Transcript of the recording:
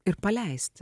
ir paleisti